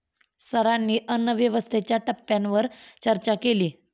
सरांनी अन्नव्यवस्थेच्या टप्प्यांवर चर्चा केली